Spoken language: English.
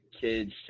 kids